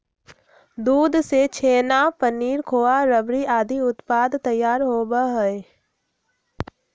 दूध से छेना, पनीर, खोआ, रबड़ी आदि उत्पाद तैयार होबा हई